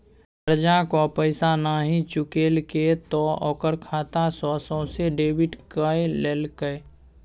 करजाक पैसा नहि चुकेलके त ओकर खाता सँ सोझे डेबिट कए लेलकै